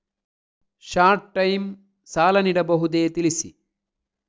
Short time ಸಾಲ ನೀಡಬಹುದೇ ತಿಳಿಸಿ?